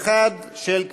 סתיו שפיר,